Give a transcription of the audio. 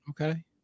Okay